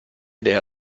ndr